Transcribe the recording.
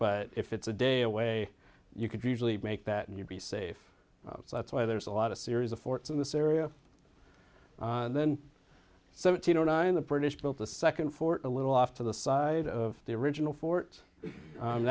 but if it's a day away you could usually make that and you'd be safe so that's why there's a lot of series of forts in this area and then seventeen o nine the british built the second fort a little off to the side of the original fort